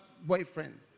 boyfriend